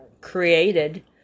created